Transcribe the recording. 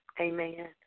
amen